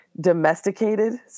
domesticated